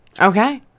Okay